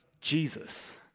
Jesus